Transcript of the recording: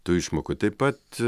tų išmokų taip pat